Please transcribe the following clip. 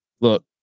Look